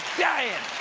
dyin'!